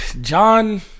John